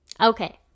Okay